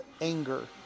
anger